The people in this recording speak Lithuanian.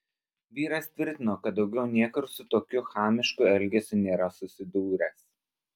vyras tvirtino kad daugiau niekur su tokiu chamišku elgesiu nėra susidūręs